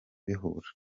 bihura